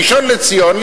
הראשון לציון,